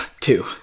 Two